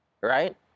right